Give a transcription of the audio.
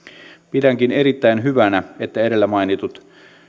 pidänkin erittäin hyvänä että edellä mainittujen